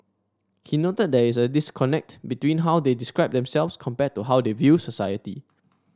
he noted there is a disconnect between how they describe themselves compared to how they view society